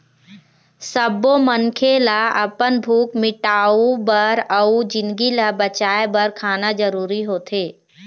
सब्बो मनखे ल अपन भूख मिटाउ बर अउ जिनगी ल बचाए बर खाना जरूरी होथे